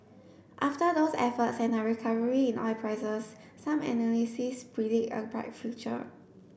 after those efforts and a recovery in oil prices some analysis predict a bright future